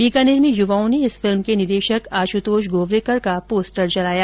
बीकानेर में युवाओं ने इस फिल्म के निदेशक आशुतोष गोवरीकर का पोस्टर जलाया